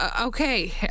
okay